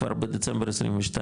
כבר בדצמבר 22,